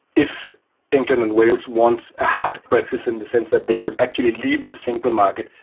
if england and wales wants a hard brexit in the sense that they would actually leave the single market,